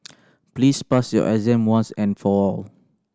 please pass your exam once and for all